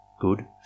good